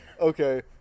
Okay